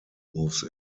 moves